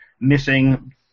missing